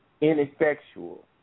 ineffectual